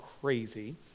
crazy